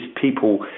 people